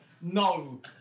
No